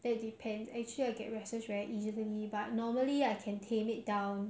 mm anything actually we eat 很多东西的